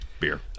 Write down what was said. beer